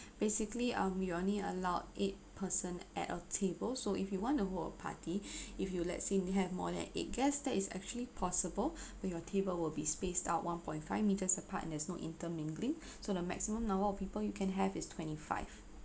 basically um we only allowed eight person at a table so if you want to book a party if you let say you have more than eight guests then it's actually possible when your table will be spaced out one point five meters apart and there is no intermingling so the maximum number of people you can have is twenty five